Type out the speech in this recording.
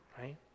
right